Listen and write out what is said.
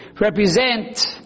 represent